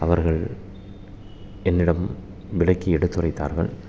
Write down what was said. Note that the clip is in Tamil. அவர்கள் என்னிடம் விளக்கி எடுத்துரைத்தார்கள்